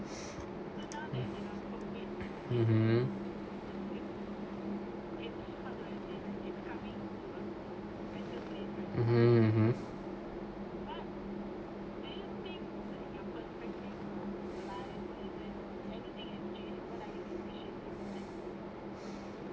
mmhmm